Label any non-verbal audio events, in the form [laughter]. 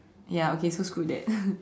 ya okay so screw that [laughs]